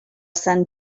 sant